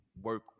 work